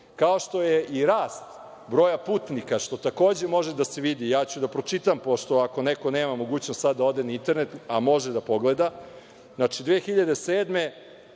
kao što je i rast broja putnika, što takođe može da se vidi, ja ću da pročitam, pošto, ako neko nema mogućnost da sada ode na internet, a može da pogleda, 2007.